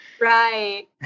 Right